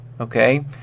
Okay